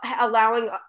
allowing